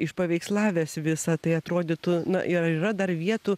išpaveikslavęs visą tai atrodytų na ir ar yra dar vietų